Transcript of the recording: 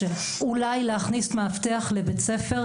אולי להכניס מאבטח לבית-ספר,